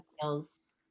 feels